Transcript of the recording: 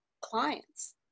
clients